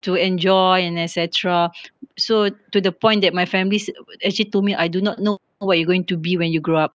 to enjoy and etcetera so to the point that my families actually told me I do not know what you're going to be when you grow up